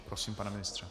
Prosím, pane ministře.